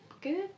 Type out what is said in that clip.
good